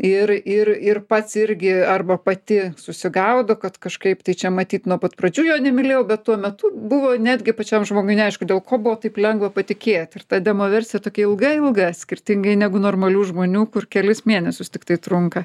ir ir ir pats irgi arba pati susigaudo kad kažkaip tai čia matyt nuo pat pradžių jo nemylėjau bet tuo metu buvo netgi pačiam žmogui neaišku dėl ko buvo taip lengva patikėt ir ta demoversija tokia ilga ilga skirtingai negu normalių žmonių kur kelis mėnesius tiktai trunka